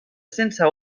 sense